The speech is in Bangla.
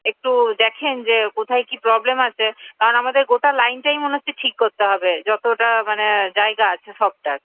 একটু দেখেন যে কোথায় কি প্রবলেম আছে কারণ আমাদের গোটা লাইনটাই মনে হচ্ছে ঠিক করতে হবে যতটা মানে জায়গা আছে সবটার